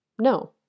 No